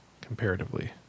comparatively